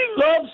love